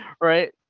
Right